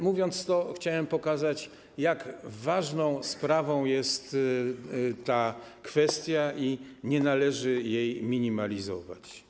Mówiąc o tym, chciałem pokazać, jak ważną sprawą jest ta kwestia i że nie należy jej minimalizować.